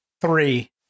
Three